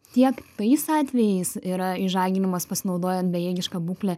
tiek tais atvejais yra išžaginimas pasinaudojant bejėgiška būkle